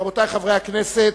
רבותי חברי הכנסת,